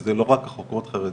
שזה לא רק חוקרות חרדיות,